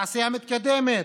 תעשייה מתקדמת,